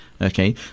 Okay